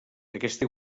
aquesta